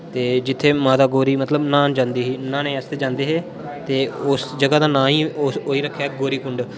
ते जित्थे माता गौरी मतलब नाह्न जंदी नाह्ने आस्तै जंदे हे ते उस्स जगहा दा नांऽ ही एह् रखेआ गौरीकुंड